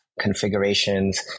configurations